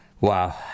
Wow